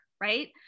right